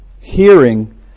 Hearing